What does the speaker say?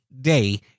day